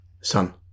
son